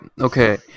okay